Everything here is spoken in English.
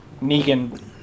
Negan